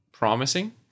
promising